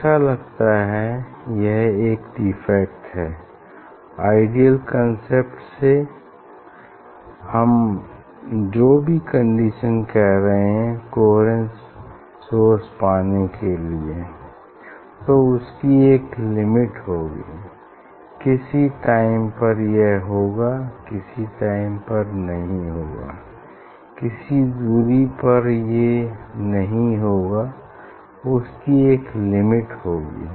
ऐसा लगता है यह एक डिफेक्ट है आइडियल कांसेप्ट से हम जो भी कंडीशन कह रहे हैं कोहेरेन्स सोर्स पाने के लिए तो उसकी एक लिमिट होगी किसी टाइम पर यह होगा किसी टाइम पर नहीं होगा किसी दूरी पर ये नहीं होगा इसकी एक लिमिट होगी